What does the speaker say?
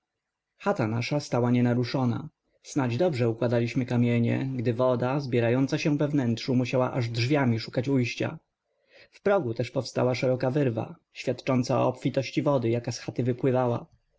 chata nasza stała nienaruszona snadź dobrze układaliśmy kamienie gdy woda zbierająca się we wnętrzu musiała aż drzwiami szukać ujścia w progu też powstała szeroka wyrwa świadcząca o obfitości wody jaka z chaty wypływała